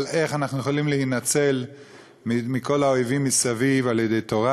על איך אנחנו יכולים להינצל מכל האויבים מסביב על-ידי תורה,